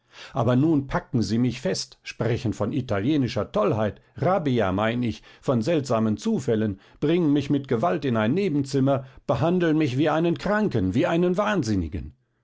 aber nun packen sie mich fest sprechen von italienischer tollheit rabbia mein ich von seltsamen zufällen bringen mich mit gewalt in ein nebenzimmer behandeln mich wie einen kranken wie einen wahnsinnigen